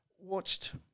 watched